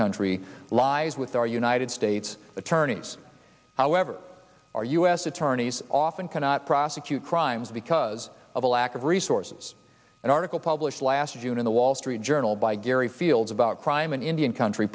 country lies with our united states attorneys however our u s attorneys often cannot prosecute crimes because of a lack of resources an article published last june in the wall street journal by gary fields about crime in indian country